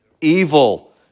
evil